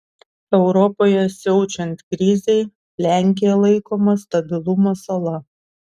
europoje siaučiant krizei lenkija laikoma stabilumo sala